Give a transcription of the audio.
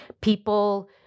People